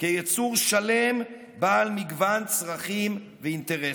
כייצור שלם בעל מגוון צרכים ואינטרסים.